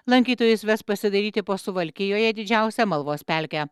lankytojus ves pasidairyti po suvalkijoje didžiausią amalvos pelkę